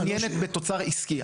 מעוניינת בתוצר עסקי.